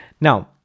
Now